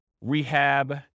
rehab